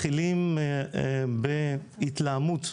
מתחילים בהתלהמות,